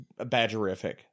badgerific